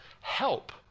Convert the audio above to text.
help